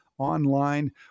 online